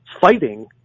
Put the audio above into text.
fighting